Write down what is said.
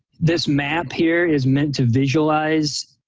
this map here is meant to visualize